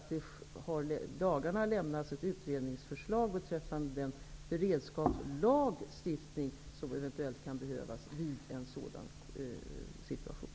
En annan sak är att det i dagarna har lämnats ett utredningsförslag beträffande den beredskapslagstiftning som eventuellt kan behövas i en sådan situation.